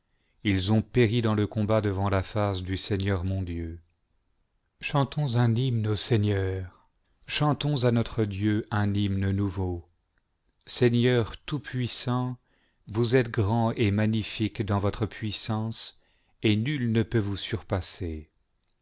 ils ont péri dans le combat devant la face du seigneur mon dieu chantons un hymne au seigneur chantons à notre dieu un hymne nouveau seigneur tout-puissant vous êtes grand et magnifique dans votre puissance et nul ne peut vous surpasser